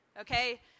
okay